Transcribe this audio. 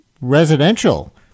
residential